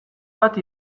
bat